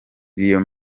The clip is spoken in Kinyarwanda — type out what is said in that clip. real